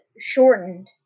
shortened